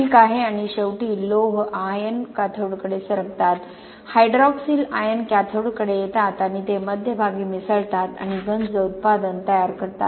ठीक आहे आणि शेवटी लोह आयन कॅथोडकडे सरकतात हायड्रॉक्सिल आयन कॅथोडकडे येतात आणि ते मध्यभागी मिसळतात आणि गंज उत्पादन तयार करतात